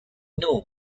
know